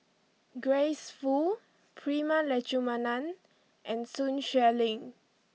Grace Fu Prema Letchumanan and Sun Xueling